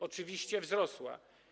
Oczywiście wzrosła.